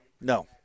No